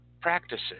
practices